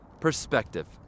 perspective